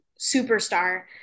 superstar